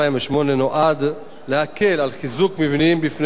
נועד להקל על חיזוק מבנים מפני רעידות אדמה